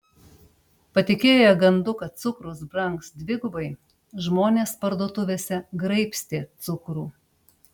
patikėję gandu kad cukrus brangs dvigubai žmonės parduotuvėse graibstė cukrų